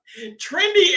trendy